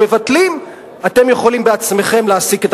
החוק לא מבחין, החיים יבחינו.